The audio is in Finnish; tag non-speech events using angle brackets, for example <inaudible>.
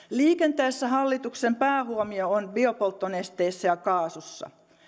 <unintelligible> liikenteessä hallituksen päähuomio on biopolttonesteissä ja kaasussa